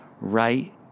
right